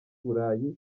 burayi